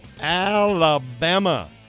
Alabama